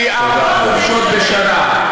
פי ארבעה חופשות בשנה.